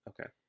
okay